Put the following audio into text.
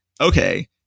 Okay